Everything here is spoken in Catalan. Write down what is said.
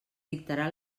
dictarà